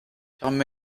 carmen